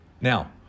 Now